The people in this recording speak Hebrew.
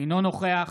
אינו נוכח